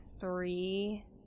three